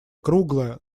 круглая